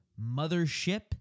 mothership